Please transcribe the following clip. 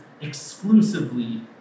exclusively